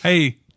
Hey